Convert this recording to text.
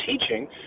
teaching